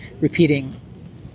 repeating